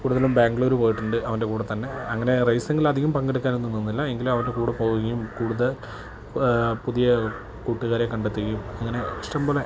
കൂടുതലും ബാംഗ്ലൂർ പോയിട്ടുണ്ട് അവൻ്റെ കൂടെ തന്നെ അങ്ങനെ റൈസിങ്ങിൽ അധികം പങ്കെടുക്കാനൊന്നും നിന്നില്ല എങ്കിലും അവൻ്റെ കൂടെ പോവുകയും കൂടുതൽ പുതിയ കൂട്ടുകാരെ കണ്ടെത്തുകയും അങ്ങനെ ഇഷ്ടം പോലെ